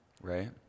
Right